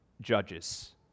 Judges